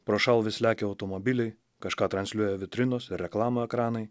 prošal vis lekia automobiliai kažką transliuoja vitrinos reklamų ekranai